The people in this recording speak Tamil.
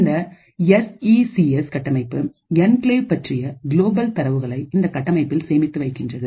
இந்த எஸ்இ சி எஸ் கட்டமைப்புஎன்கிளேவ் பற்றிய குளோபல் தரவுகளைஇந்த கட்டமைப்பில் சேமித்து வைக்கின்றது